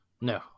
No